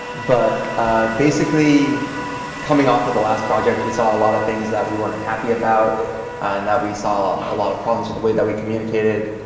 but basically coming off of the last project, we saw a lot of things that we weren't happy about and that we saw a lot of problems with the way that we communicated.